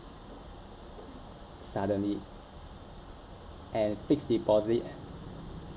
suddenly and fixed deposit